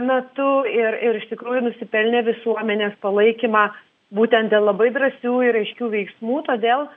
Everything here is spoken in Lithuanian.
metu ir ir iš tikrųjų nusipelnė visuomenės palaikymą būtent dėl labai drąsių ir aiškių veiksmų todėl